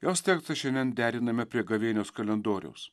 jos tekstą šiandien deriname prie gavėnios kalendoriaus